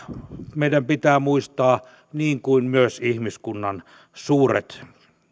meidän pitää muistaa niin kuin myös ihmiskunnan suuret